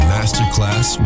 Masterclass